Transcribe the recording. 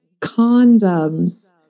condoms